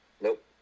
Nope